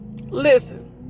listen